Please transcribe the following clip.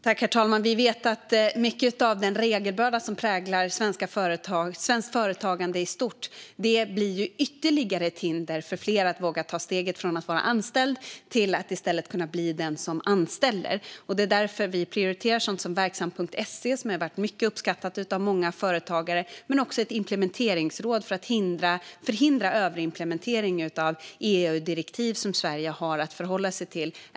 Herr talman! Vi vet att mycket av den regelbörda som präglar svenskt företagande i stort blir ytterligare ett hinder för människor att våga ta steget från att vara anställd till att i stället bli den som anställer. Det är därför vi prioriterar sådant som Verksamt.se, som har varit mycket uppskattat av många företagare, och ett implementeringsråd för att förhindra överimplementering av de EU-direktiv som Sverige har att förhålla sig till.